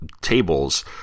tables